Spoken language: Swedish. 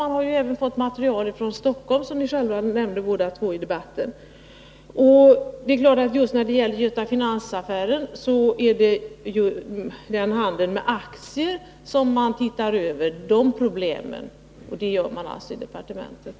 Man har ju fått material även från Stockholm — det nämnde både Oskar Lindkvist och Tore Claeson tidigare i debatten. När det gäller Göta Finans-affären är det självfallet handeln med aktier och problemen i det sammanhanget som man ser över, och det görs alltså av departementet.